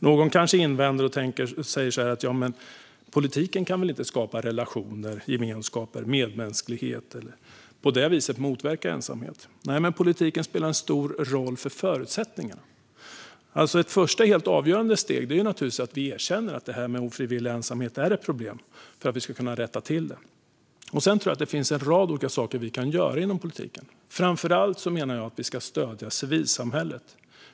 Någon kanske invänder att politiken inte kan skapa relationer, gemenskaper eller medmänsklighet för att på det viset motverka ensamhet. Nej, men politiken spelar en stor roll för förutsättningarna. Ett första och helt avgörande steg för att vi ska kunna rätta till problemet är naturligtvis att vi erkänner att ofrivillig ensamhet är ett problem. Sedan tror jag att det finns en rad olika saker vi kan göra inom politiken. Framför allt menar jag att vi ska stödja civilsamhället.